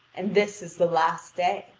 and this is the last day.